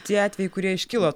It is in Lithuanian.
tie atvejai kurie iškilo